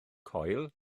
coil